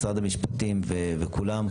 משרד המשפטים וכולם.